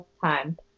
time